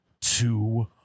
two